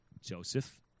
Joseph